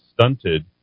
stunted